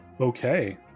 Okay